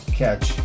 catch